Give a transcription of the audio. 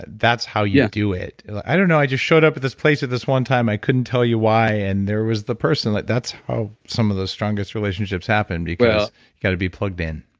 that's how you do it. i don't know. i just showed up at this place at this one time. i couldn't tell you why, and there was the person. like that's how some of the strongest relationships happen because you've got to be plugged in